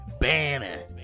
banner